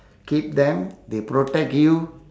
keep them they protect you